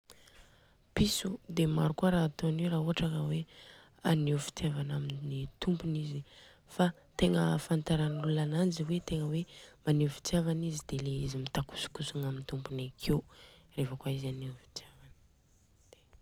Piso dia maro koa raha ataon'io raha ohatra ka hoe aneho fitiavana amin'ny tompony izy. Fa tegna ahafantaran'olonana ananjy hoe tegna hoe maneho fitiavana izy dia ilay izy mitakosokosogna amin'ny tompony akeo.